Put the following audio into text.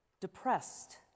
depressed